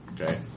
okay